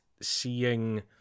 seeing